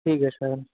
ठीक है सर